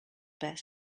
best